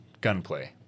gunplay